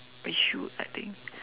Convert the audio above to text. we should I think